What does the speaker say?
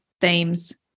themes